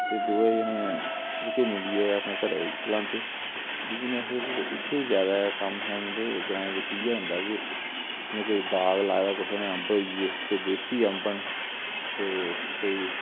ते दोऐ जने जेह्के मिलियै अपने घरै दी चलांदे बिजनस इत्थे ज्यादा कम्म शम्म ते ग्रांए बिच्च इयै होंदा के जियां कोई बाग लाए दा कुसै ने अम्ब होई गे फिर देसी अम्ब न ते कोई